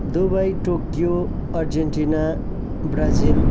Dubai Tokyo Argentina Brazil